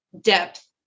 depth